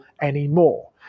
anymore